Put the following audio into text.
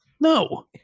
No